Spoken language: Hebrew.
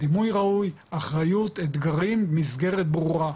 אחריות, אתגרים, מסגרת ברורה,